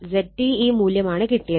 ZT ഈ മൂല്യമാണ് കിട്ടിയത്